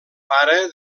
pare